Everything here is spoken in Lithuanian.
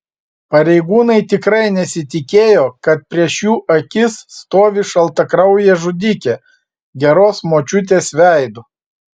pareigūnai tikrai nesitikėjo kad prieš jų akis stovi šaltakraujė žudikė geros močiutės veidu